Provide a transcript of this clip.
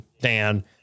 Dan